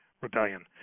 Rebellion